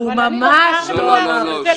הוא ממש לא אמר את זה.